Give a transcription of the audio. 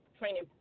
training